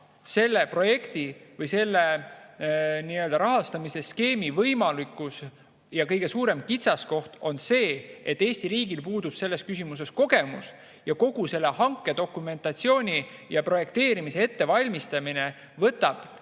selle projekti või selle rahastamise skeemi võimalikkuse kõige suurem kitsaskoht on see, et Eesti riigil puudub selles küsimuses kogemus. Kogu hankedokumentatsiooni ja projekteerimise ettevalmistamine võtab